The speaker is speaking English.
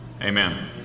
Amen